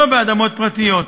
לא על אדמות פרטיות.